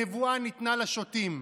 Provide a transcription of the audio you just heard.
הנבואה ניתנה לשוטים.